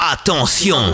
Attention